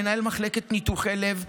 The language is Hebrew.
מנהל מחלקת ניתוחי לב,